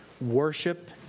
worship